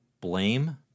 Blame